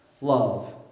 love